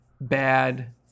bad